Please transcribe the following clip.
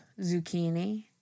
zucchini